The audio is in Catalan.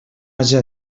haja